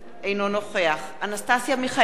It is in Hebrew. אינו נוכח אנסטסיה מיכאלי,